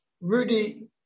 Rudy